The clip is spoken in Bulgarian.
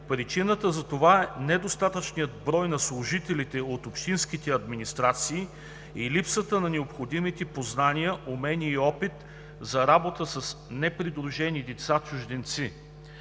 Причината за това е недостатъчният брой на служителите от общинските администрации и липсата на необходимите познания, умения и опит за работа с непридружени деца – чужденци.